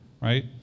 right